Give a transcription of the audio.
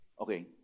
okay